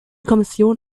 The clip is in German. kommission